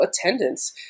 Attendance